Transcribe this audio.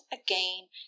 again